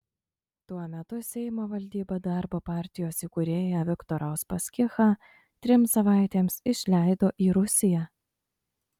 tuo metu seimo valdyba darbo partijos įkūrėją viktorą uspaskichą trims savaitėms išleido į rusiją